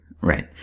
Right